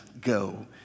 go